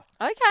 Okay